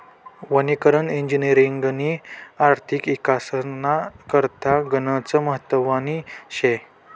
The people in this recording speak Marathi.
वनीकरण इजिनिअरिंगनी आर्थिक इकासना करता गनच महत्वनी शे